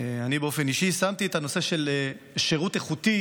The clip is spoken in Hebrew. אני באופן אישי שמתי את הנושא של שירות איכותי